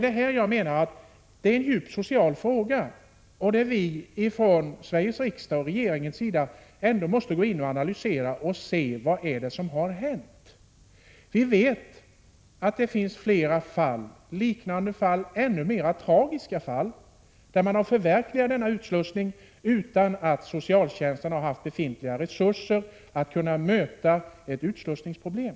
Detta är en djupt social fråga, och Sveriges riksdag och regering måste ändock gå in och analysera och se vad det är som har hänt. Vi vet att det finns flera liknande fall och ännu mer tragiska fall där man har förverkligat denna utslussning, utan att socialtjänsten har haft tillräckliga befintliga resurser att kunna möta ett utslussningsproblem.